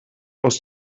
aus